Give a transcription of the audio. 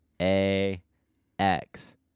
A-X